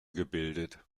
gebildet